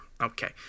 Okay